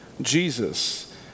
Jesus